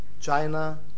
China